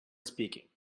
speaking